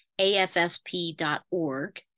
AFSP.org